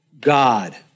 God